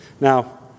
Now